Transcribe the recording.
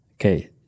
okay